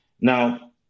Now